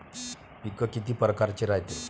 पिकं किती परकारचे रायते?